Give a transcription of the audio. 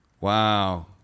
wow